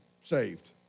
saved